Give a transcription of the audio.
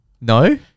No